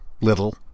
little